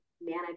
manage